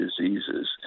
diseases